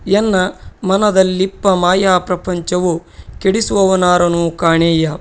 ಎನ್ನ ಮನದಲ್ಲಿಪ್ಪ ಮಾಯಾಪ್ರಪಂಚವ ಕೆಡಿಸುವವರನಾರನೂ ಕಾಣೆನಯ್ಯಾ